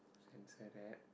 censor that